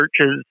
churches